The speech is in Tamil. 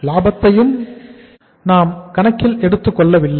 லாபத்தையும் நாம் கணக்கில் எடுத்துக் கொள்ளவில்லை